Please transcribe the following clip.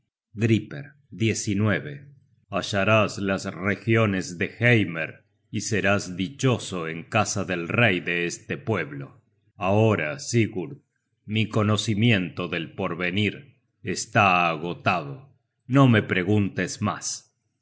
at griper hallarás las regiones de heimer y serás dichoso en casa del rey de este pueblo ahora sigurd mi conocimiento del porvenir está agotado no me preguntes mas